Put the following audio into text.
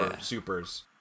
supers